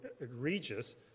egregious